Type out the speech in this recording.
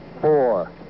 four